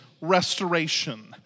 restoration